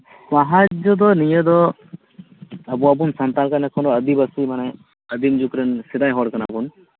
ᱥᱟᱦᱟᱡᱽᱡᱚ ᱱᱤᱭᱟᱹ ᱫᱚ ᱟᱵᱚ ᱟᱵᱚ ᱥᱟᱱᱛᱟᱞ ᱠᱟᱱᱟ ᱵᱚᱱ ᱛᱚ ᱟᱹᱫᱤᱵᱟᱹᱥᱤ ᱢᱟᱱᱮ ᱟᱹᱫᱤᱢ ᱡᱩᱜᱽᱨᱮᱱ ᱢᱟᱱᱮ ᱥᱮᱫᱟᱭ ᱦᱚᱲ ᱠᱟᱱᱟ ᱵᱚᱱ